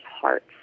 hearts